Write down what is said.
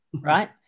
right